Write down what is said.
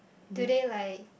do they like